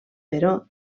però